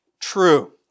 true